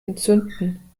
entzünden